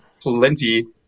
plenty